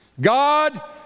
God